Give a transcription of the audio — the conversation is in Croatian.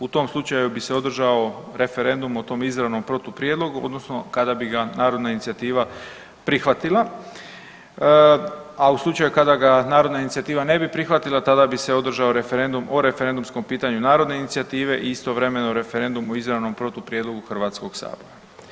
U tom slučaju bi se održao referendum o tom izravnom protuprijedlogu odnosno kada bi ga narodna inicijativa prihvatila, a u slučaju kada ga narodna inicijativa ne bi prihvatila tada bi se održao referendum o referendumskom pitanju narodne inicijative i istovremeno referendum o izravnom protuprijedlogu HS.